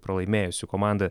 pralaimėjusių komandą